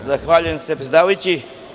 Zahvaljujem, predsedavajući.